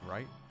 Right